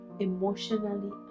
emotionally